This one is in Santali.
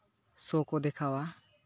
ᱥᱳ ᱠᱚ ᱫᱮᱠᱷᱟᱣᱟ